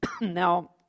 Now